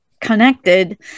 connected